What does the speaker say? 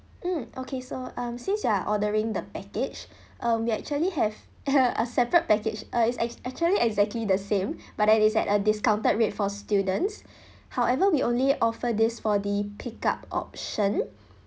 mm okay so um since you are ordering the package um we actually have a separate package uh it's ac~ actually exactly the same but then it's at a discounted rate for students however we only offer this for the pick up option